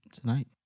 tonight